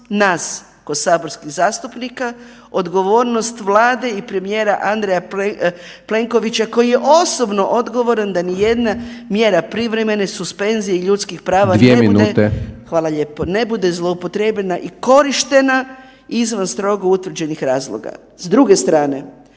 nas kao saborskih zastupnika, odgovornost Vlade i premijera Andreja Plenkovića koji je osobno odgovoran da ni jedna mjera privremene suspenzije ljudskih prava ne bude …/Upadica: 2 minute./… hvala